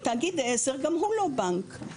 ותאגיד עזר גם הוא לא בנק.